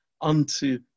unto